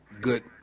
good